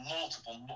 multiple